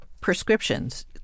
prescriptions